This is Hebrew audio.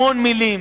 המון מלים.